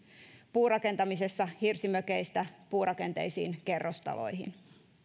puurakentamisessa hirsimökeistä puurakenteisiin kerrostaloihin